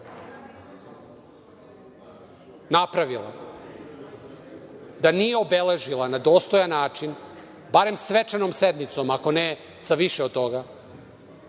napravila, da nije obeležila na dostojan način, barem svečanom sednicom ako ne i više od toga,